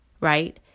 right